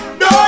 no